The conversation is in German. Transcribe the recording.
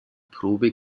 probe